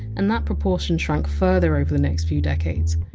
and that proportion shrank further over the next few decades.